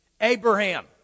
Abraham